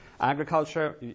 Agriculture